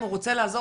אם הוא רוצה לעזור,